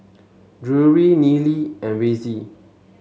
Drury Nealy and Vassie